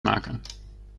maken